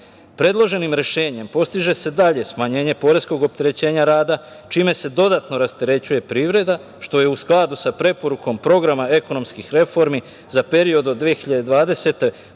rada. Predloženim rešenjem postiže se dalje smanjenje poreskog opterećenja rada, čime se dodatno rasterećuje privreda, što je u skladu sa preporukom Programa ekonomskih reformi za period od 2020.